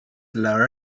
lower